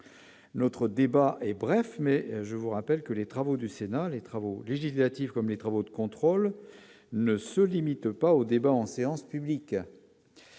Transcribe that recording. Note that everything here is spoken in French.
notre débat est bref mais je vous rappelle que les travaux du Sénat les travaux législatifs comme les travaux de contrôle ne se limite pas au débat en séance publique.